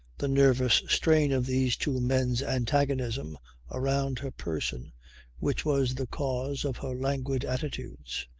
the nervous strain of these two men's antagonism around her person which was the cause of her languid attitudes.